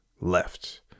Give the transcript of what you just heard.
left